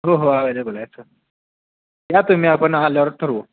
हो हो अवेलेबल आहे चं या तुम्ही आपण आल्यावर ठरवू